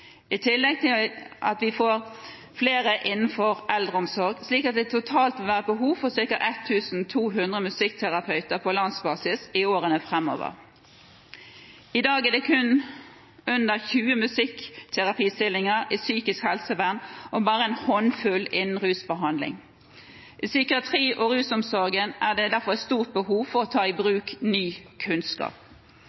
i tillegg til at vi får flere innenfor eldreomsorg, slik at det totalt vil være behov for ca. 1 200 musikkterapeuter på landsbasis i årene framover. I dag er det under 20 musikkterapistillinger i psykisk helsevern og bare en håndfull innen rusbehandling. I psykiatri- og rusomsorgen er det derfor et stort behov for å ta i bruk ny kunnskap.